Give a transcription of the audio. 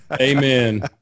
Amen